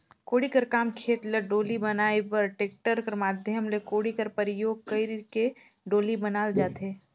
कोड़ी कर काम खेत ल डोली बनाए बर टेक्टर कर माध्यम ले कोड़ी कर परियोग कइर के डोली बनाल जाथे